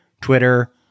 Twitter